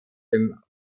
dem